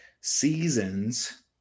seasons